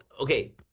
okay